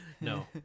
No